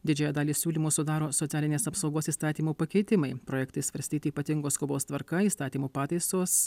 didžiąją dalį siūlymų sudaro socialinės apsaugos įstatymo pakeitimai projektai svarstyti ypatingos skubos tvarka įstatymo pataisos